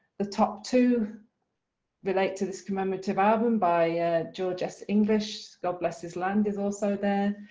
the top two relate to this commemorative album by george s. english. god bless his land is also there